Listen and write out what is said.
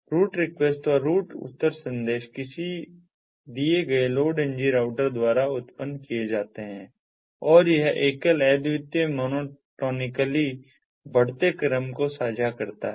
root request और route उत्तर संदेश किसी दिए गए LOADng राउटर द्वारा उत्पन्न किए जाते हैं और यह एकल अद्वितीय मोनोटोनिकली बढ़ते क्रम संख्या को साझा करता है